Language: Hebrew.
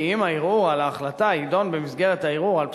אם הערעור על ההחלטה יידון במסגרת הערעור על פסק-הדין,